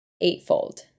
eightfold